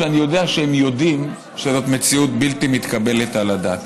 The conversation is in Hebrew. ואני יודע שהם יודעים שזאת מציאות בלתי מתקבלת על הדעת.